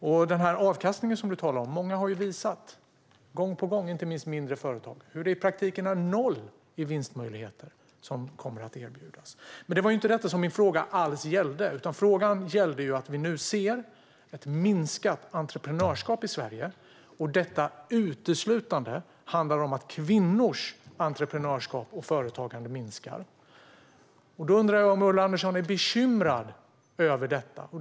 När det gäller avkastningen har många, inte minst mindre företag, visat gång på gång att det i praktiken är noll i vinstmöjligheter som kommer att erbjudas. Min fråga gällde inte alls detta. Vi ser nu ett minskat entreprenörskap i Sverige, och det handlar uteslutande om att kvinnors entreprenörskap och företagande minskar. Jag undrar om Ulla Andersson är bekymrad över detta.